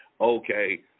okay